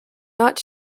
not